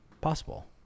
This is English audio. possible